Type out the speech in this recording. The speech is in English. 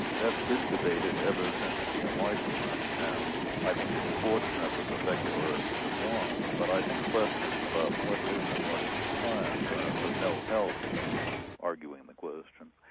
that's been debated ever since the enlightenment and i think it's fortunate that the secularists have won. but i think questions about what is, and what isn't science, are of no help in arguing the question.